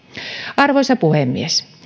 arvoisa puhemies